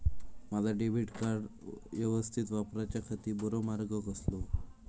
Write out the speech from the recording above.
माजा debit card यवस्तीत वापराच्याखाती बरो मार्ग कसलो?